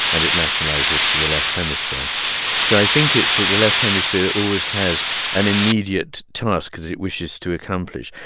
and it lateralizes to the left hemisphere um so i think it's that the left hemisphere always has an immediate task because it wishes to accomplish.